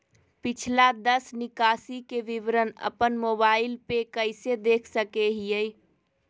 पिछला दस निकासी के विवरण अपन मोबाईल पे कैसे देख सके हियई?